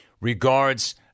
Regards